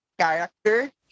character